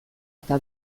eta